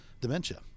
dementia